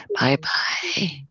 Bye-bye